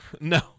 no